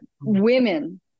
women